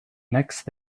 next